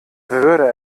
würde